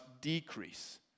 decrease